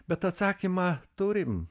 bet atsakymą turim